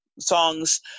songs